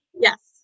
Yes